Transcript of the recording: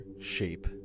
shape